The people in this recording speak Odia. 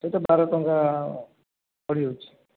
ସେଇଟା ବାର ଟଙ୍କା ପଡ଼ିଯାଉଛି